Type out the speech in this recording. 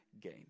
game